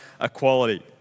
equality